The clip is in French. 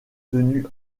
tenu